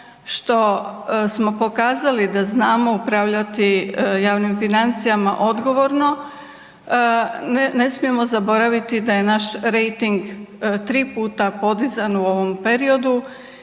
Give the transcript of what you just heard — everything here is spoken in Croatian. što smo pokazali da znamo upravljati javnim financijama odgovorno, ne smijemo zaboraviti da je naš rejting 3 puta podizan u ovom periodu